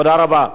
תודה רבה.